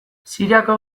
siriako